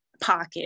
pocket